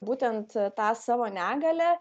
būtent tą savo negalią